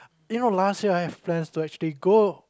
you know last I have plans to actually go